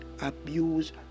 abuse